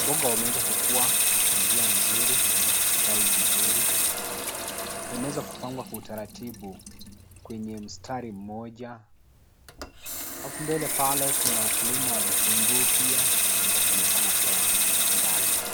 mboga wameweza kukua, kwa njia nzuri wameweza kusitawi vizuri, imeweza kupangwa kwa utaratibu, kwenye mstari mmoja. Hapo mbele pale kuna ukulima wa vitunguu pia, imeweza kuonekana kwa, mbali.